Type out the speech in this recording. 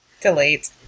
Delete